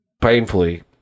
painfully